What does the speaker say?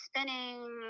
spinning